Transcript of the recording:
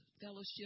fellowship